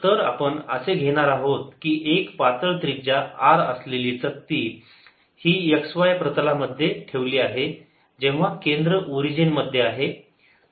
तर आपण असे घेणार आहोत की एक पातळ त्रिज्या R असलेली चकती ही x y प्रतलामध्ये ठेवली आहे जेव्हा केंद्र ओरिजिन मध्ये आहे